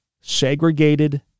segregated